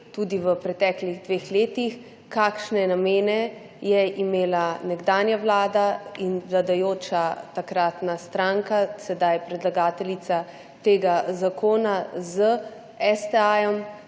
tudi v preteklih dveh letih, kakšne namene je imela nekdanja vlada in takratna vladajoča stranka, sedaj predlagateljica tega zakona s STA,